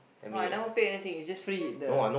no I never pay anything it's just free the